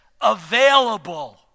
available